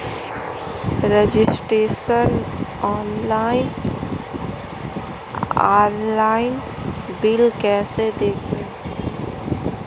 Registration login online bill कैसे देखें?